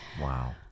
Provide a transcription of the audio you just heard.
Wow